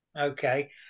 Okay